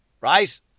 Right